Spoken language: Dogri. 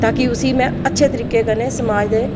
ताकि में उस्सी अच्छे तरीके कन्नै समाज दे